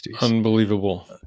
Unbelievable